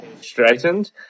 straightened